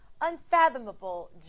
unfathomable